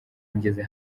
ngeze